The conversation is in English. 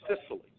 Sicily